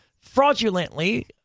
fraudulently